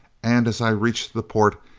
and as i reached the port,